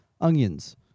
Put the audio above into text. onions